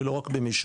ולא רק במישרין.